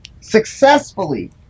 successfully